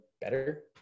better